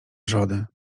wrzody